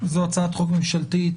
זו הצעת חוק ממשלתית,